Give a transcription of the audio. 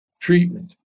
treatment